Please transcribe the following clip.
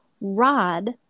rod